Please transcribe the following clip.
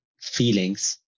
feelings